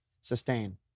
sustain